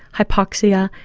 hypoxia,